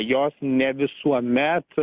jos ne visuomet